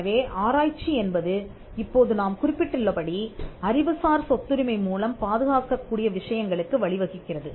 எனவே ஆராய்ச்சி என்பது இப்போது நாம் குறிப்பிட்டுள்ளபடி அறிவுசார் சொத்துரிமை மூலம் பாதுகாக்கக்கூடிய விஷயங்களுக்கு வழிவகுக்கிறது